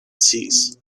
cease